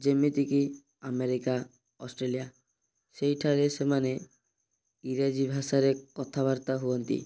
ଯେମିତିକି America Australia ସେଇଠାରେ ସେମାନେ ଇଂରାଜୀ ଭାଷାରେ କଥାବାର୍ତ୍ତା ହୁଅନ୍ତି